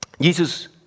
Jesus